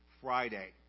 Friday